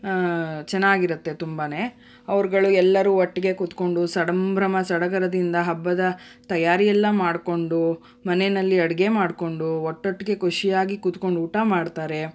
ಚೆನ್ನಾಗಿರುತ್ತೆ ತುಂಬಾ ಅವ್ರುಗಳು ಎಲ್ಲರೂ ಒಟ್ಟಿಗೆ ಕೂತ್ಕೊಂಡು ಸಂಭ್ರಮ ಸಡಗರದಿಂದ ಹಬ್ಬದ ತಯಾರಿಯೆಲ್ಲ ಮಾಡಿಕೊಂಡು ಮನೆಯಲ್ಲಿ ಅಡಿಗೆ ಮಾಡಿಕೊಂಡು ಒಟ್ಟೊಟ್ಟಿಗೆ ಖುಷಿಯಾಗಿ ಕೂತ್ಕೊಂಡು ಊಟ ಮಾಡ್ತಾರೆ